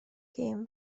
gêm